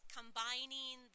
combining